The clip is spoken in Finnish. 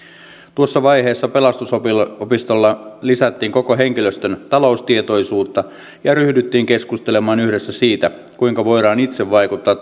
tuossa vaiheessa pelastusopistolla lisättiin koko henkilöstön taloustietoisuutta ja ryhdyttiin keskustelemaan yhdessä siitä kuinka voidaan itse vaikuttaa